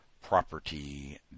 property